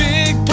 Big